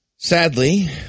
Sadly